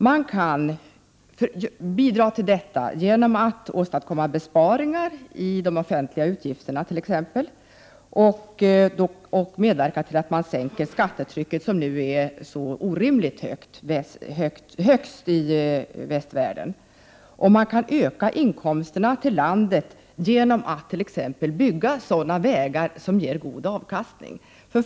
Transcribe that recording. Man kan bidra till detta genom att t.ex. åstadkomma besparingar i de offentliga utgifterna och medverka till att sänka skattetrycket, vilket nu är så orimligt högt, högst i västvärlden. Man kan öka inkomsterna till landet genom att t.ex. bygga vägar som ger god avkastning.